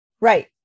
Right